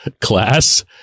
class